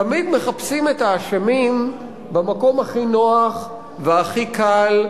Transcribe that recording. תמיד מחפשים את האשמים במקום הכי נוח והכי קל,